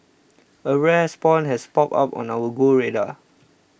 a rare spawn has popped up on our go radar